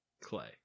Clay